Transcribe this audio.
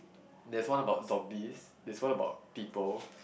there's one about zombies there's one about people